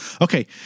Okay